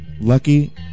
lucky